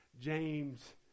James